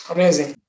Amazing